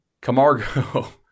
Camargo